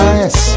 yes